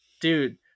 dude